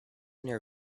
near